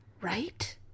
Right